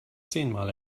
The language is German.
zehnmal